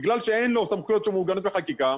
בגלל שאין לו סמכויות שמעוגנות בחקיקה,